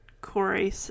Corey